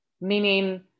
meaning